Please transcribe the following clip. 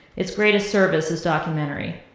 it's greatest service is documentary.